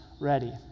ready